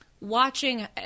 watching